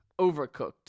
Overcooked